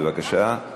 בבקשה,